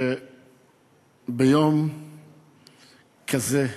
שביום כזה,